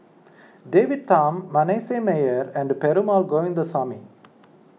David Tham Manasseh Meyer and Perumal Govindaswamy